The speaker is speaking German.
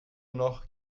noch